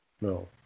No